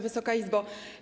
Wysoka Izbo!